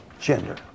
gender